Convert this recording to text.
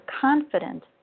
confident